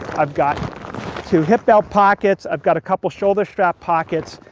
i've got two hip belt pockets. i've got a couple shoulder strap pockets.